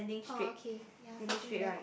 orh okay ya facing left